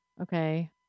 okay